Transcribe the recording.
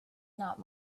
not